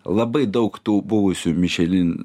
labai daug tų buvusių mišelin